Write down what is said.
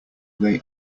they